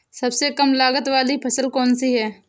सबसे कम लागत वाली फसल कौन सी है?